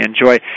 enjoy